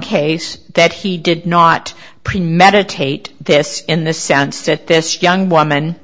case that he did not premeditate this in the sense that this young woman